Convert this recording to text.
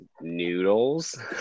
noodles